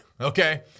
Okay